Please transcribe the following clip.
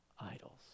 idols